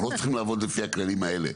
אנחנו לא צריכים לעבוד לפי הכללים האלה.